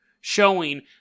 showing